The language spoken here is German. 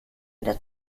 der